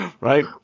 right